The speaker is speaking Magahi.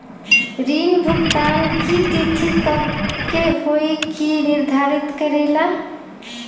ऋण भुगतान की तिथि कव के होई इ के निर्धारित करेला?